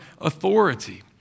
authority